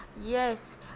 Yes